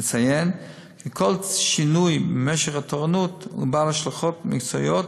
נציין כי כל שינוי במשך התורנות הוא בעל השלכות מקצועיות,